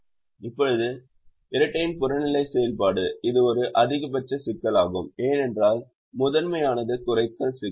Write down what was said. இப்போது இரட்டையின் புறநிலை செயல்பாடு இது ஒரு அதிகபட்ச சிக்கலாகும் ஏனென்றால் முதன்மையானது குறைத்தல் சிக்கல்